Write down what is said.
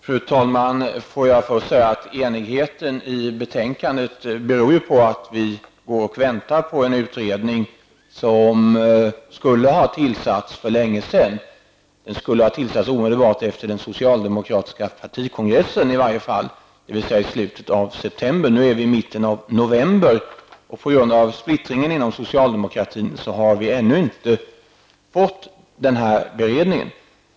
Fru talman! Låt mig då säga att enigheten i betänkandet beror ju på att vi går och väntar på en utredning som skulle ha tillsatts för länge sedan. Den skulle ha tillsatts omedelbart efter den socialdemokratiska partikongressen i varje fall, dvs. i slutet av september. Nu är vi i mitten av november, och på grund av splittringen inom socialdemokratin har vi ännu inte fått den här beredningen.